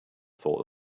thought